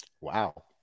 Wow